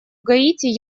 гаити